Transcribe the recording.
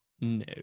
No